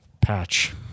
patch